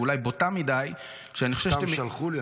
ואולי בוטה מדי --- שלחו לי,